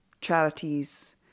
charities